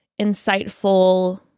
insightful